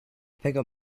pickup